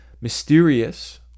mysterious